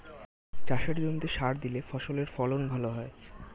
চাষের জমিতে সার দিলে ফসলের ফলন ভালো হয়